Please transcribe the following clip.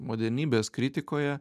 modernybės kritikoje